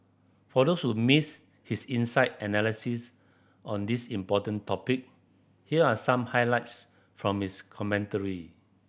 for those who missed his insight analysis on this important topic here are some highlights from his commentary